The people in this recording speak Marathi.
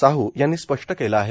साह् यांनी स्पष्ट केलं आहे